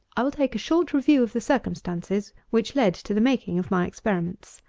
i will take a short review of the circumstances which led to the making of my experiments.